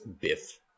Biff